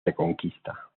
reconquista